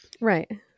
Right